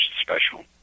special